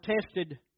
tested